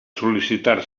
sol·licitar